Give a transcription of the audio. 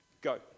Go